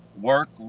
work